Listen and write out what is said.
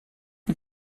mit